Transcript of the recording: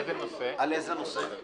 מה נושא חדש?